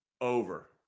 Over